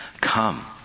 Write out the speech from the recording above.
Come